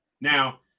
Now